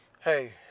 Hey